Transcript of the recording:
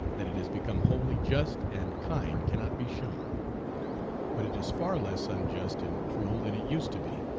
that it has become wholly just and kind cannot be shown but it is far less unjust and cruel than it used to be.